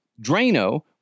Drano